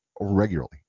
regularly